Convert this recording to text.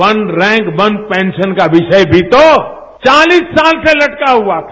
one rank one pension का विषय भी तो चालीस साल से लटका हुआ था